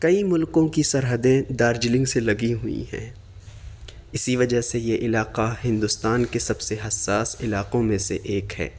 کئی ملکوں کی سرحدیں دارجلنگ سے لگی ہوئی ہیں اسی وجہ سے یہ علاقہ ہندوستان کے سب سے حساس علاقوں میں سے ایک ہے